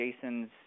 Jason's